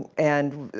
and